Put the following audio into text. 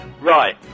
Right